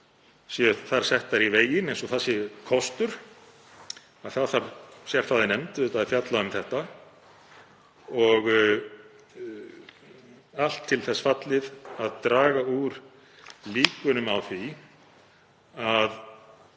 þar settar í veginn, eins og það sé kostur. Það þarf auðvitað sérfræðinefnd að fjalla um þetta og allt til þess fallið að draga úr líkunum á því að